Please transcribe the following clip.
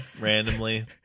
randomly